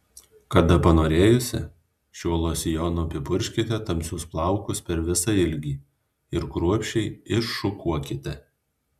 kada panorėjusi šiuo losjonu apipurkškite tamsius plaukus per visą ilgį ir kruopščiai iššukuokite